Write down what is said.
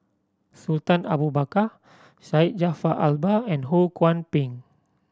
Sultan Abu Bakar Syed Jaafar Albar and Ho Kwon Ping